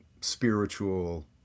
spiritual